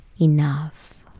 enough